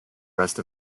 rest